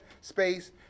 space